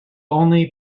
only